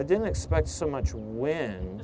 i didn't expect so much when